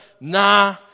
Nah